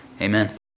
amen